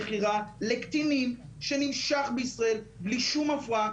את איסור המכירה לקטינים שנמשך בישראל בלי שום הפרעה.